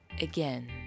again